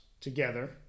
together